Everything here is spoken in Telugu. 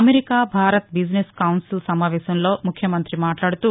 అమెరికా భారత్ బీజినెస్ కౌన్సిల్ సమావేశంలో ముఖ్యమంతి మాట్లాడుతూ